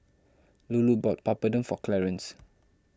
Lulu bought Papadum for Clarence